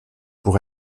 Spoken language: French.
pour